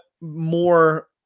more